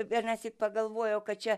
vienąsyk pagalvojau kad čia